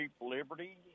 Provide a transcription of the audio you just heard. Liberty